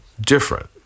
different